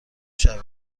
شوید